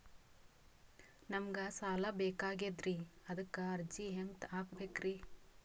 ನಮಗ ಸಾಲ ಬೇಕಾಗ್ಯದ್ರಿ ಅದಕ್ಕ ಅರ್ಜಿ ಹೆಂಗ ಹಾಕಬೇಕ್ರಿ?